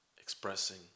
expressing